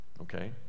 okay